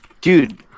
Dude